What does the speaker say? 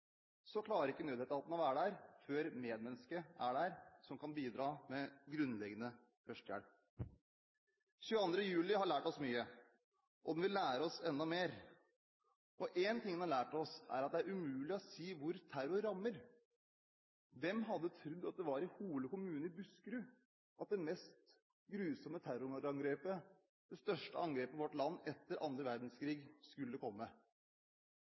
klarer ikke nødetaten å være der før medmennesket er der og kan bidra med grunnleggende førstehjelp. 22. juli har lært oss mye, og den vil lære oss enda mer. En ting den har lært oss, er at det er umulig å si hvor terror rammer. Hvem hadde trodd at det var i Hole kommune i Buskerud at det mest grusomme terrorangrepet, det største angrepet mot vårt land etter annen verdenskrig, skulle komme?